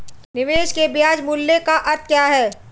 निवेश के ब्याज मूल्य का अर्थ क्या है?